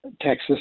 Texas